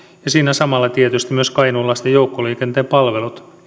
ja siinä samalla tietysti myös kainuulaisten joukkoliikenteen palvelut